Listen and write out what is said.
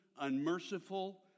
unmerciful